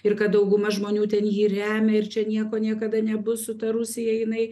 ir kad dauguma žmonių ten jį remia ir čia nieko niekada nebus su ta rusija jinai